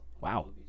Wow